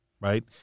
right